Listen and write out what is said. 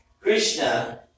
Krishna